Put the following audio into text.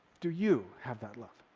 do you have that love?